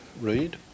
Read